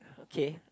okay